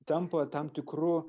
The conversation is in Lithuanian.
tampa tam tikru